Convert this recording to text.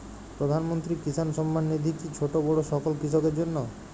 প্রধানমন্ত্রী কিষান সম্মান নিধি কি ছোটো বড়ো সকল কৃষকের জন্য?